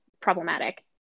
problematic